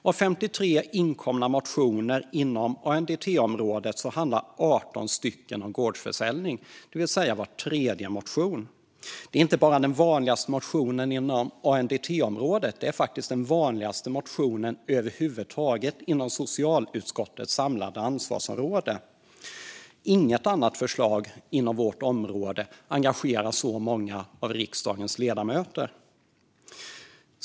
Av 53 inkomna motioner inom ANDT-området handlar 18 om gårdsförsäljning, det vill säga var tredje motion. Det inte bara den vanligaste motionen inom ANDT-området, utan det är faktiskt den vanligaste motionen över huvud taget inom socialutskottets samlade område. Inget annat förslag inom vårt ansvarsområde engagerar så många av riksdagens ledamöter.